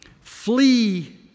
Flee